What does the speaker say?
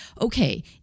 okay